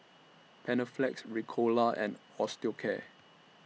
Panaflex Ricola and Osteocare